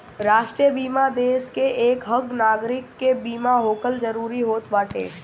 राष्ट्रीय बीमा देस के एकहक नागरीक के बीमा होखल जरूरी होत बाटे